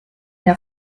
der